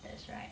that's right